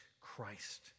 Christ